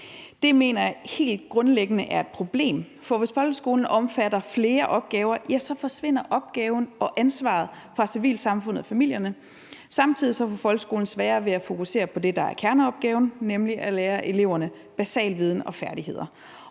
Det mener jeg helt grundlæggende er et problem, for hvis folkeskolen omfatter flere opgaver, ja, så forsvinder opgaven og ansvaret fra civilsamfundet og familierne. Samtidig får folkeskolen sværere ved at fokusere på det, der er kerneopgaven, nemlig at lære eleverne basal viden og færdigheder.